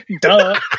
Duh